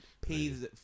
pays